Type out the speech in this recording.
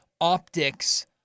optics